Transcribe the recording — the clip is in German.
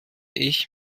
ich